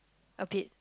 okay